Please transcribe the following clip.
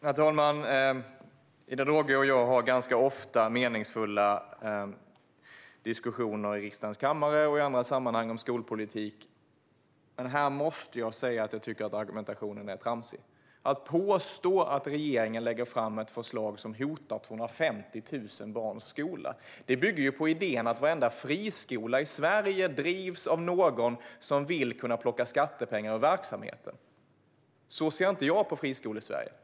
Herr talman! Ida Drougge och jag har ganska ofta meningsfulla diskussioner om skolpolitik i riksdagens kammare och i andra sammanhang. Men här måste jag säga att jag tycker att argumentationen är tramsig. Att påstå att regeringen lägger fram ett förslag som hotar 250 000 barns skola bygger ju på idén att varenda friskola i Sverige drivs av någon som vill kunna plocka ut skattepengar ur verksamheten. Så ser inte jag på friskolor i Sverige.